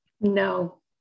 No